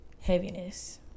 heaviness